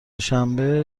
شنبه